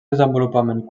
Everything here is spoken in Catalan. desenvolupament